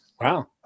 wow